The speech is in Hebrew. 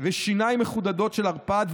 ושיניים מחודדות של ערפד,